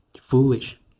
foolish